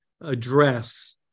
address